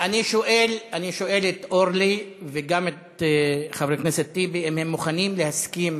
אני שואל את אורלי וגם את חבר הכנסת טיבי אם הם מוכנים להסכים